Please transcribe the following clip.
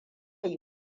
yi